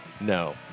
No